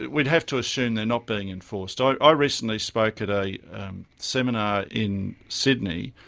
we'd have to assume they're not being enforced. i ah recently spoke at a seminar in sydney,